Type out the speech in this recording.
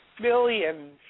millions